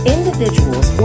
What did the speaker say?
Individuals